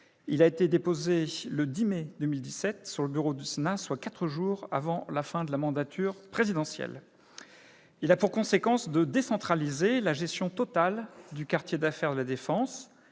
mai 2017. Déposé le 10 mai 2017 sur le bureau du Sénat, soit quatre jours avant la fin de la mandature présidentielle, il a pour conséquence de décentraliser totalement la gestion du quartier d'affaires de La Défense